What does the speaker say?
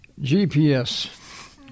GPS